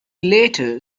later